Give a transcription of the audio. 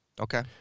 Okay